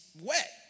wet